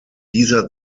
dieser